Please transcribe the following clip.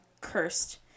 cursed